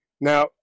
Now